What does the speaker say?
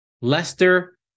Leicester